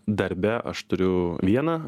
darbe aš turiu vieną